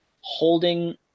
holding